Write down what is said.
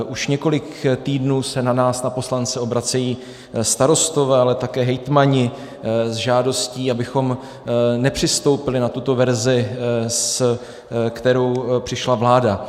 Už několik týdnů se na nás, na poslance, obracejí starostové, ale také hejtmani s žádostí, abychom nepřistoupili na tuto verzi, se kterou přišla vláda.